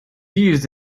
used